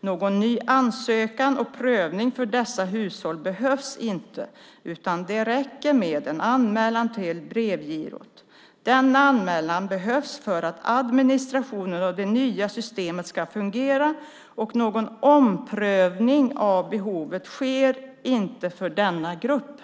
Någon ny ansökan och prövning för dessa hushåll behövs inte, utan det räcker med en anmälan till Brevgirot. Denna anmälan behövs för att administrationen av det nya systemet ska fungera, och någon omprövning av behovet sker inte för denna grupp.